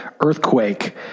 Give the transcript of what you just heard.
earthquake